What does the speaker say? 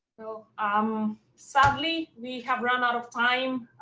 so um sadly, we have run out of time.